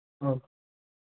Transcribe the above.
ഓ